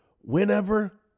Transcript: whenever